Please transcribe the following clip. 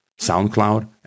SoundCloud